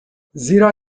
زیرا